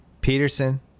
Peterson